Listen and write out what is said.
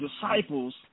disciples